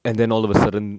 and then all of a sudden